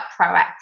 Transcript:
proactive